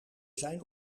zijn